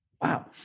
Wow